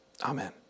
Amen